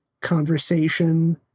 conversation